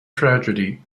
tragedy